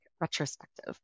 retrospective